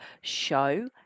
show